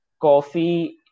coffee